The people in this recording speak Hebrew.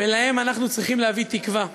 ולהן אנחנו צריכים להביא תקווה.